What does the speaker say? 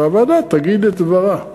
והוועדה תגיד את דברה.